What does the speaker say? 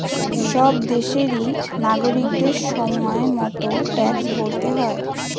সব দেশেরই নাগরিকদের সময় মতো ট্যাক্স ভরতে হয়